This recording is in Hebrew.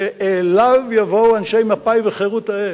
שאליו יבואו אנשי מפא"י וחירות ההם,